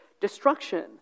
destruction